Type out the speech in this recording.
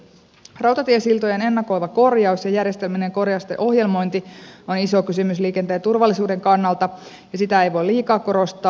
rautatiesiltojen ennakoiva korjaus ja järjestelmällinen korjausten ohjelmointi on iso kysymys liikenteen turvallisuuden kannalta ja sitä ei voi liikaa korostaa